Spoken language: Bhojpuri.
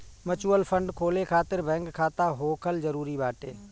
म्यूच्यूअल फंड खोले खातिर बैंक खाता होखल जरुरी बाटे